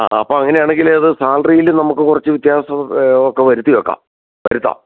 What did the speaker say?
ആ അപ്പോൾ അങ്ങനെയാണെങ്കില് അത് സാലറിയിൽ നമുക്ക് കുറച്ച് വ്യത്യാസം ഒക്കെ വരുത്തി വെക്കാം വരുത്താം